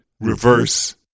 reverse